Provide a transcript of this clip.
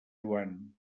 joan